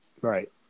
Right